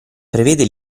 prevede